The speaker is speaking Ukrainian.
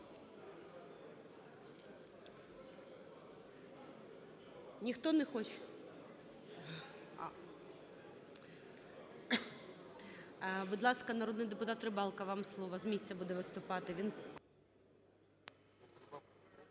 Ніхто не хоче? Будь ласка, народний депутат Рибалка, вам слово. З місця буде виступати